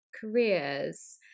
careers